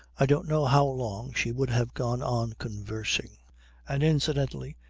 i don't know how long she would have gone on conversing and, incidentally,